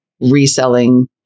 reselling